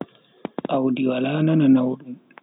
Audi wala nana naudum.